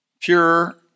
Pure